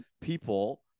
people